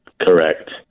Correct